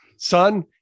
son